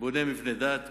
בונה מבני דת,